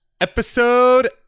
episode